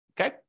okay